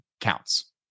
counts